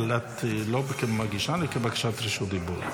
אבל לא כמגישה, אלא בבקשת רשות דיבור.